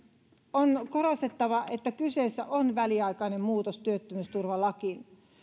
on korostettava että kyseessä on väliaikainen muutos työttömyysturvalakiin